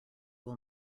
will